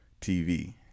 TV